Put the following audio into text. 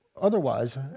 otherwise